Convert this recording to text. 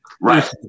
Right